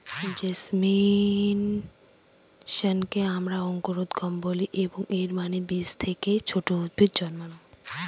জেমিনেশনকে আমরা অঙ্কুরোদ্গম বলি, এবং এর মানে বীজ থেকে ছোট উদ্ভিদ জন্মানো